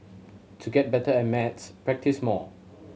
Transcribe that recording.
to get better at maths practise more